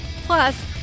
Plus